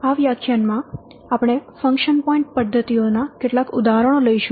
આ વ્યાખ્યાનમાં આપણે ફંકશન પોઇન્ટ પદ્ધતિઓ ના કેટલાક ઉદાહરણો લઈશું